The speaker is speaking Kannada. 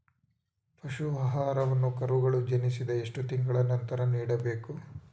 ಪಶು ಆಹಾರವನ್ನು ಕರುಗಳು ಜನಿಸಿದ ಎಷ್ಟು ತಿಂಗಳ ನಂತರ ನೀಡಬೇಕು?